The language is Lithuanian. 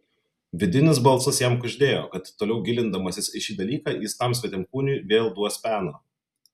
vidinis balsas jam kuždėjo kad toliau gilindamasis į šį dalyką jis tam svetimkūniui vėl duos peno